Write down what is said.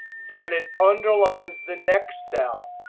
then it underlines the next cell.